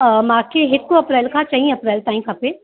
मूंखे हिकु अप्रैल खां चईं अप्रैल ताईं खपे